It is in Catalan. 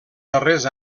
darrers